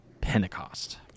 Pentecost